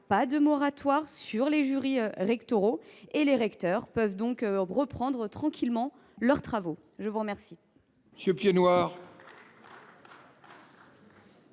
aucun moratoire sur les jurys rectoraux : les recteurs peuvent donc reprendre tranquillement leurs travaux. La parole